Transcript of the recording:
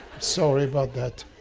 sorry about that.